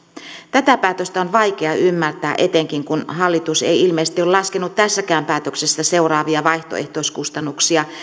tätä päätöstä on vaikea ymmärtää etenkin kun hallitus ei ilmeisesti ole laskenut tästäkään päätöksestä seuraavia vaihtoehtoiskustannuksia